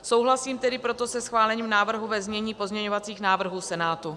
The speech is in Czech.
Souhlasím tedy proto se schválením návrhu ve znění pozměňovacích návrhů Senátu.